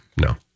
No